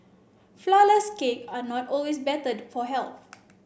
flourless cake are not always better for health